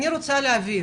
אני רוצה להבין